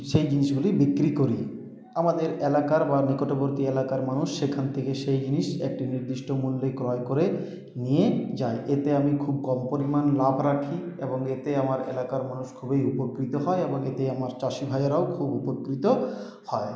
সেই জিনিসগুলি বিক্রি করি আমাদের এলাকার বা নিকটবর্তী এলাকার মানুষ সেখান থেকে সেই জিনিস একটি নির্দিষ্ট মূল্যে ক্রয় করে নিয়ে যায় এতে আমি খুব কম পরিমাণ লাভ রাখি এবং এতে আমার এলাকার মানুষ খুবই উপকৃত হয় এবং এতে আমার চাষি ভাইয়েরাও খুব উপকৃতও হয়